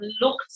looked